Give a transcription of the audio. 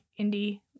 indie